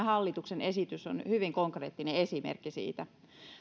hallituksen esitys on hyvin konkreettinen esimerkki siitä